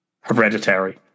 Hereditary